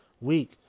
week